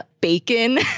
bacon